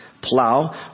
plow